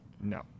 no